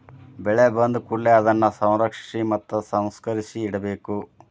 ಬೆಳೆ ಬಂದಕೂಡಲೆ ಅದನ್ನಾ ಸಂರಕ್ಷಿಸಿ ಮತ್ತ ಸಂಸ್ಕರಿಸಿ ಇಡಬೇಕು